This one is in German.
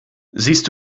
siehst